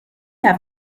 have